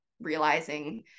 realizing